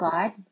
God